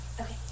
Okay